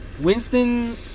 Winston